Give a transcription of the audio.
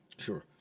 Sure